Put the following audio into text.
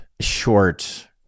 short